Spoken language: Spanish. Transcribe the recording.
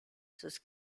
sus